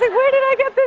where did i get this